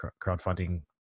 crowdfunding